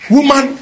Woman